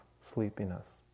sleepiness